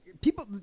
people